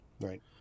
Right